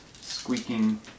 squeaking